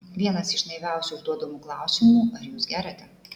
vienas iš naiviausių užduodamų klausimų ar jūs geriate